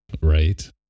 Right